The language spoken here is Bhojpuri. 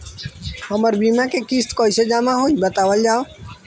हमर बीमा के किस्त कइसे जमा होई बतावल जाओ?